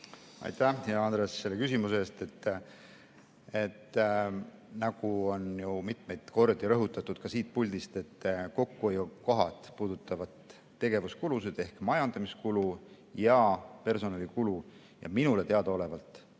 Aitäh, hea Andres, selle küsimuse eest! Nagu on ju mitmeid kordi rõhutatud ka siit puldist, et kokkuhoiukohad puudutavad tegevuskulusid ehk majandamiskulu ja personalikulu. Minule teadaolevalt